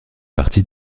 partie